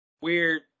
weird